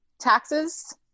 taxes